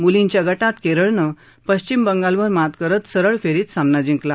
मुलींच्या गटात केरळनं पश्चिम बंगालवर मात करत सरळ फेरीत सामना जिंकला